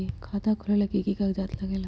खाता खोलेला कि कि कागज़ात लगेला?